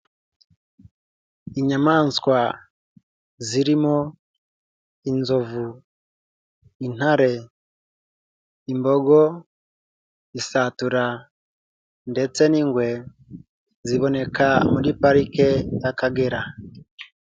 Inyamaswa zirimo inzovu, intare, imbogo, isatura ndetse n'ingwe ziboneka muri parike y'Akagera.